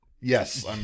Yes